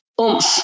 oomph